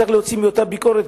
צריך להוציא מאותה ביקורת,